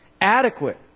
adequate